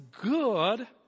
good